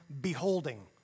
beholding